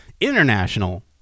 international